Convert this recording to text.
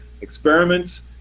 Experiments